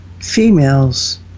females